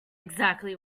exactly